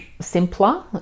simpler